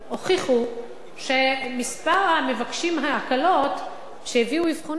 הוכיחו שמספר המבקשים הקלות והביאו אבחונים,